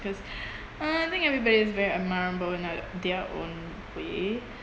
uh I think everybody is very admirable in their their own way